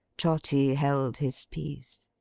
trotty held his peace.